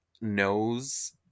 knows